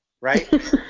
Right